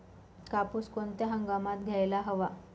कापूस कोणत्या हंगामात घ्यायला हवा?